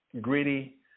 greedy